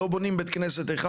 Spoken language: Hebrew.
לא בונים בית כנסת אחד,